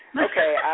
Okay